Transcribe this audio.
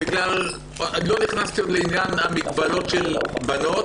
עוד לא נכנסתי לעניין המגבלות של בנות.